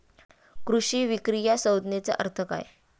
कृषी विक्री या संज्ञेचा अर्थ काय?